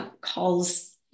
calls